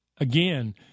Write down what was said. again